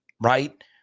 right